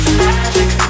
magic